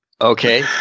Okay